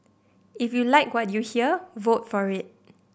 if you like what you hear vote for it